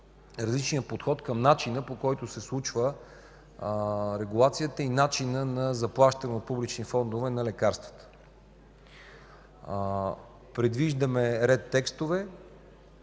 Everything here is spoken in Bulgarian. различният подход към начина, по който се случва регулацията и начинът на заплащане от публични фондове на лекарствата. Предвиждаме ред текстове